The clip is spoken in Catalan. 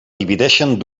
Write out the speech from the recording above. divideixen